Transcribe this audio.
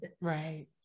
right